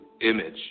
image